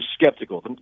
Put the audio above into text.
skeptical